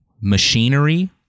machinery